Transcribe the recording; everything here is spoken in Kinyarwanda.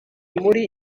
muri